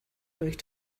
durch